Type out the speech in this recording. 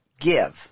give